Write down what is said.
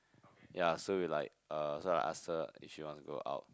ya so we like uh so I ask her if she wants go out